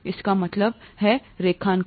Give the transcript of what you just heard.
इसका क्या मतलब है रेखांकन